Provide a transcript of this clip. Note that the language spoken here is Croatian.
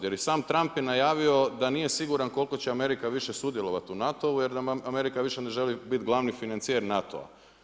Jer i sam Trump je najavio da nije siguran koliko će Amerika više sudjelovati u NATO-u jer Amerika više ne želi biti glavni financijer NATO-a.